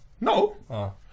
No